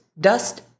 dust